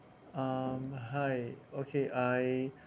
um hi okay I